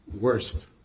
worst